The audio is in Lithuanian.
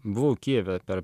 buvau kijeve per